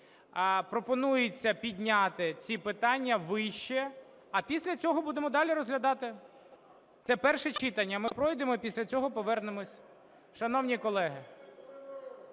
Пропонується підняти ці питання вище, а після цього будемо далі розглядати. Це перше читання. Ми пройдемо і після цього повернемось. Шановні колеги,